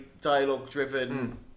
dialogue-driven